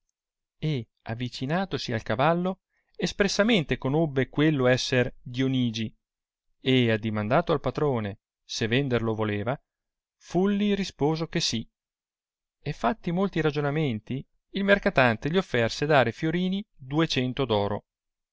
e avicinatosi al cavallo espressamente conobbe quello esser dionigi e addimandato il patrone se vender lo voleva fulli risposo che sì e fatti molti ragionamenti il mercatante gli off'erse dare fiorini ducento